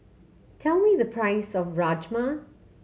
tell me the price of Rajma